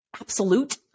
absolute